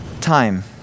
time